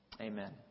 Amen